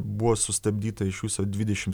buvo sustabdyta iš viso dvidešimt